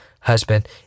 husband